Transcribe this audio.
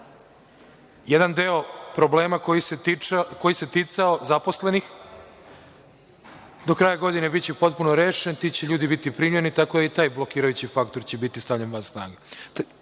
jedan deo problema koji se ticao zaposlenih i do kraja godine biće potpuno rešen. Ti će ljudi biti primljeni, tako da će i taj blokirajući faktor biti stavljen van snage. Treća